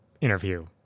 interview